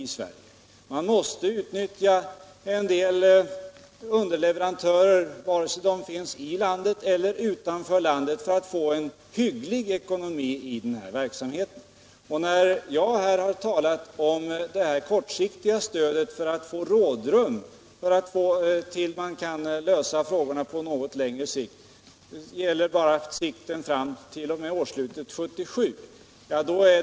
För att få en hygglig ekonomi i denna verksamhet måste man utnyttja en del underleverantörer vare sig de finns i landet eller utanför landet. Jag talade tidigare om att det här är fråga om ett kortsiktigt stöd för att få rådrum tills man kan lösa frågorna på något längre sikt. Det gäller bara tiden t.o.m. årsslutet 1977.